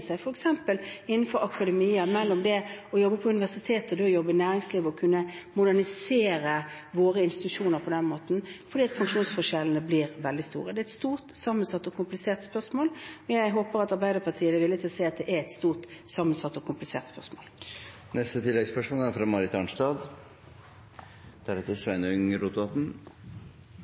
seg f.eks. innenfor akademia, mellom det å jobbe på universitet og det å jobbe i næringslivet og kunne modernisere våre institusjoner på den måten, fordi pensjonsforskjellene blir veldig store. Det er et stort, sammensatt og komplisert spørsmål, og jeg håper at Arbeiderpartiet er villig til å se at det er et stort, sammensatt og komplisert spørsmål.